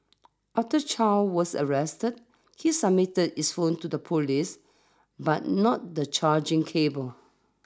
after Chow was arrested he submitted his phone to the police but not the charging cable